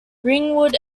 ringwood